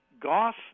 Goff